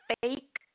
fake